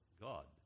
God